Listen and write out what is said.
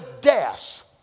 death